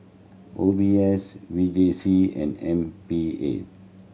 O B S V J C and M P A